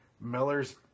Miller's